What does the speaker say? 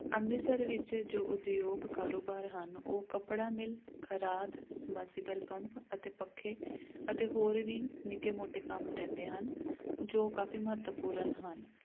ਅੰਮ੍ਰਿਤਸਰ ਵਿੱਚ ਜੋ ਉਦਯੋਗ ਕਾਰੋਬਾਰ ਹਨ ਉਹ ਕੱਪੜਾ ਮਿੱਲ ਖਰਾਦ ਸਮਾਸੀਬਲ ਪੰਪ ਅਤੇ ਪੱਖੇ ਅਤੇ ਹੋਰ ਵੀ ਨਿੱਕੇ ਮੋਟੇ ਕੰਮ ਰਹਿੰਦੇ ਹਨ ਜੋ ਕਾਫੀ ਮਹੱਤਵਪੂਰਨ ਹਨ